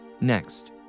next